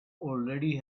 already